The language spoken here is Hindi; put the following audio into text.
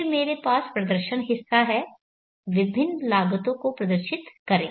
फिर मेरे पास प्रदर्शन हिस्सा है विभिन्न लागतों को प्रदर्शित करें